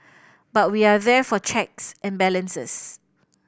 but we are there for checks and balances